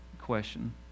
question